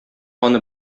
аны